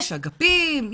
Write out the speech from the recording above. יש אגפים,